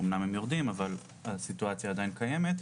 אמנם הם יורדים אבל הסיטואציה עדיין קיימת,